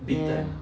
ya